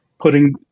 putting